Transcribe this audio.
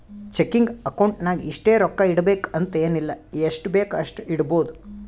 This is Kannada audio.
ಚೆಕಿಂಗ್ ಅಕೌಂಟ್ ನಾಗ್ ಇಷ್ಟೇ ರೊಕ್ಕಾ ಇಡಬೇಕು ಅಂತ ಎನ್ ಇಲ್ಲ ಎಷ್ಟಬೇಕ್ ಅಷ್ಟು ಇಡ್ಬೋದ್